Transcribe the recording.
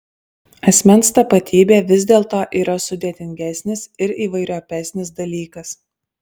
asmens tapatybė vis dėlto yra sudėtingesnis ir įvairiopesnis dalykas